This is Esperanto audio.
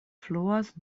fluas